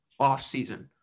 offseason